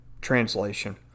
translation